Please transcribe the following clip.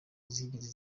zigeze